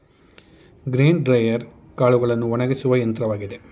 grain dryer ಕಾಳುಗಳನ್ನು ಒಣಗಿಸುವ ಯಂತ್ರವಾಗಿದೆ